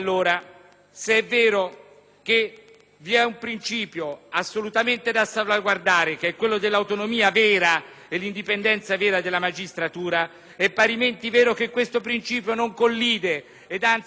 che vi è un principio assolutamente da salvaguardare, quello dell'autonomia e dell'indipendenza vera della magistratura, è parimenti vero che questo principio non collide ed anzi necessariamente si coniuga